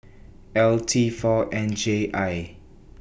L T four N J I